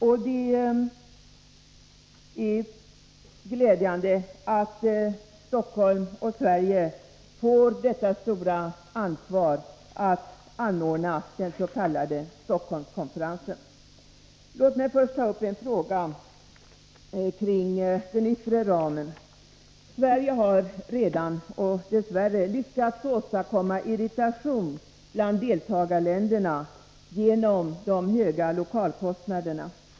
Det är glädjande att Stockholm och Sverige får det stora förtroendet att anordna den s.k. Stockholmskonferensen. Låt mig ta upp en fråga som rör den yttre ramen för denna konferens. Sverige har, dess värre, redan lyckats åstadkomma irritation bland deltagarländerna på grund av de höga lokalkostnaderna.